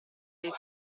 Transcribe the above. del